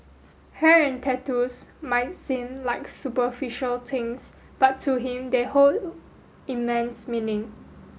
hair and tattoos might seem like superficial things but to him they hold immense meaning